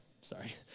sorry